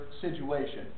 situation